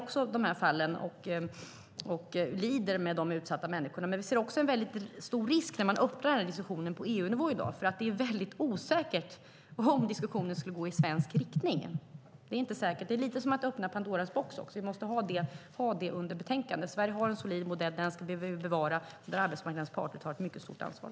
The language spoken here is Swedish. Även jag ser och lider med de utsatta människorna, men vi ser samtidigt en stor risk när vi öppnar upp för den här diskussionen på EU-nivå, för det är väldigt osäkert om diskussionen skulle gå i svensk riktning. Det är inte säkert. Det är lite grann som att öppna Pandoras ask. Vi måste ha det i åtanke. Sverige har en solid modell där arbetsmarknadens parter tar ett mycket stort ansvar.